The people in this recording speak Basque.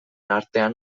artean